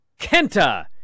kenta